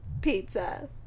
pizza